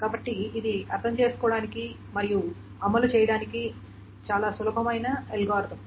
కాబట్టి ఇది అర్థం చేసుకోవడానికి మరియు అమలు చేయడానికి చాలా సులభమైన అల్గోరిథం